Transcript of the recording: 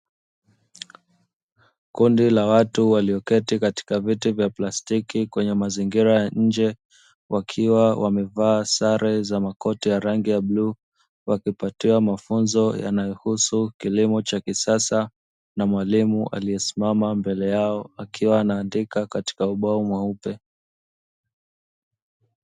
Kundi la watu walioketi katika vyeti vya plastiki kwenye mazingira nje wakiwa wamevaa sare za makoti ya rangi ya bluu, wakipatiwa mafunzo yanayohusu kilimo cha kisasa na mwalimu aliyesimama mbele yao akiwa anaandika katika ubao mweupe.